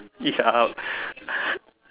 each are out